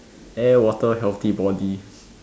air water healthy body